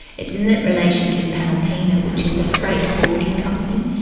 it's in relation to panalpina, which is a freight forwarding company.